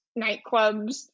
nightclubs